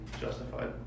Justified